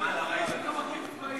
מזמן לא ראיתי, מחליף צבעים.